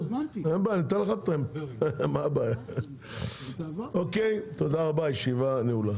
תודה רבה, הישיבה נעולה.